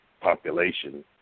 population